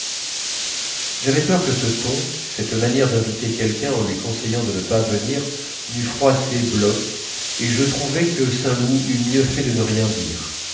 j'avais peur que ce ton cette manière d'inviter quelqu'un en lui conseillant de ne pas venir n'eût froissé bloch et je trouvais que saint loup eût mieux fait de ne rien dire